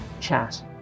chat